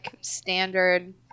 standard